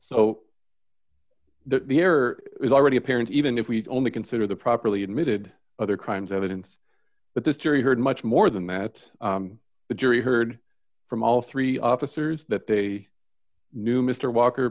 so the error is already apparent even if we only consider the properly admitted other crimes evidence that this jury heard much more than that the jury heard from all three officers that they knew mr walker